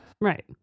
Right